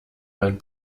man